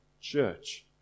church